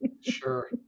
Sure